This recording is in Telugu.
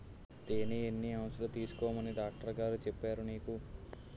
తేనె ఎన్ని ఔన్సులు తీసుకోమని డాక్టరుగారు చెప్పారు నీకు